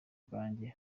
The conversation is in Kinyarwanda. bwanjye